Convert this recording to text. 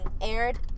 aired